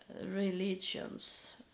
religions